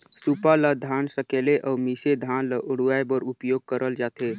सूपा ल धान सकेले अउ मिसे धान ल उड़वाए बर उपियोग करल जाथे